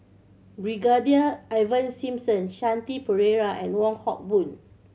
Brigadier Ivan Simson Shanti Pereira and Wong Hock Boon